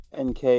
NK